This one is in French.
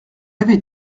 avait